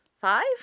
Five